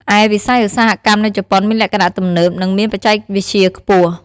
ឯវិស័យឧស្សាហកម្មនៅជប៉ុនមានលក្ខណៈទំនើប និងមានបច្ចេកវិទ្យាខ្ពស់ ។